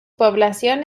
población